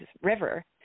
river